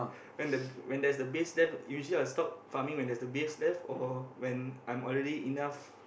when the when there's the base left usually I will stop farming when there's the base left or when I'm already enough